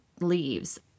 leaves